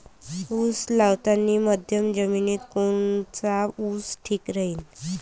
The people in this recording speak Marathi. उस लावतानी मध्यम जमिनीत कोनचा ऊस ठीक राहीन?